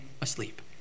asleep